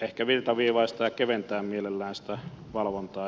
ehkä virtaviivaistaa ja keventää mielellään sitä valvontaa ja muuta